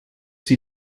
sie